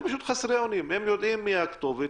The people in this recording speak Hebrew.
הם יודעים את הכתובת,